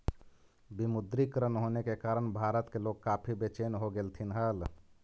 विमुद्रीकरण होने के कारण भारत के लोग काफी बेचेन हो गेलथिन हल